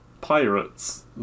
pirates